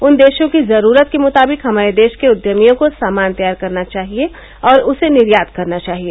उन देशों की जरूरत के मुताबिक हमारे देश के उद्यमियों को सामान तैयार करना चाहिए और उसे निर्यात करना चाहिए